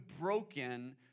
broken